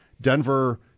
Denver